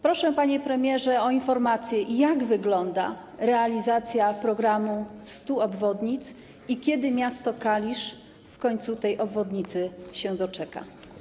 Proszę, panie premierze, o informację, jak wygląda realizacja programu 100 obwodnic i kiedy miasto Kalisz w końcu tej obwodnicy się doczeka.